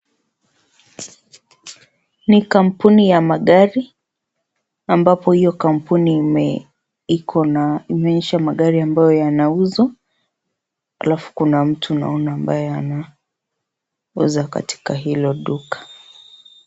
Ni kampuni ya magari, ambapo iyo kampuni ime iko na imeonyesha magari ambayo yanauzwa, alafu kuna mtu naona ambaye anauza katika hilo duka.